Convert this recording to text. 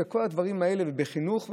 בחינוך,